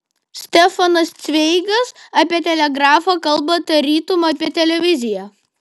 stefanas cveigas apie telegrafą kalba tarytum apie televiziją